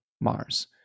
Mars